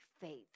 faith